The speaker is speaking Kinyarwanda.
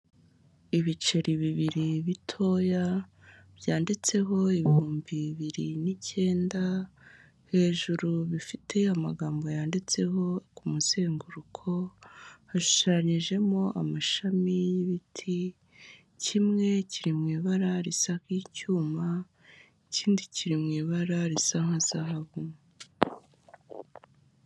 Ibiceri bibiri bitoya byanditseho ibihumbi bibiri n'icyenda, hejuru bifite amagambo yanditseho, ku muzenguruko hashushanyijemo amashami y'ibiti, kimwe kiri mu ibara risa nk'icyuma, ikindi kiri mu ibara risa nka zahabu.